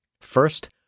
first